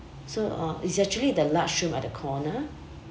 so uh it's actually the large room at the corner